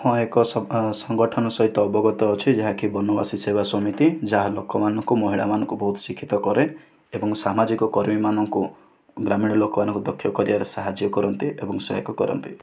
ହଁ ଏକ ସଭା ସଙ୍ଗଠନ ସହିତ ଅବଗତ ଅଛି ଯାହାକି ବନବାସୀ ସେବା ସମିତି ଯାହା ଲୋକମାନଙ୍କୁ ମହିଳା ମାନଙ୍କୁ ବହୁତ ଶିକ୍ଷିତ କରେ ଏବଂ ସାମାଜିକ କର୍ମୀ ମାନଙ୍କୁ ଗ୍ରାମୀଣ ଲୋକମାନଙ୍କୁ ଦକ୍ଷ କରିବାରେ ସାହାଯ୍ୟ କରନ୍ତି ଏବଂ ସହାୟକ କରନ୍ତି